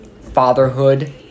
fatherhood